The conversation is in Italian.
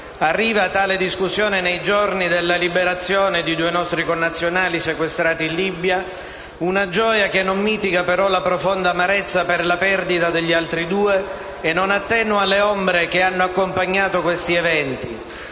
Arriva, tale discussione, nei giorni della liberazione di due nostri connazionali sequestrati in Libia, una gioia che non mitiga, però, la profonda amarezza per la perdita degli altri due e non attenua le ombre che hanno accompagnato questi eventi.